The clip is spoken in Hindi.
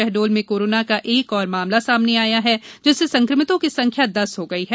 शहडोल में कोरोना का एक और मामला सामने आया है जिससे संक्रमितों की संख्या दस हो गई है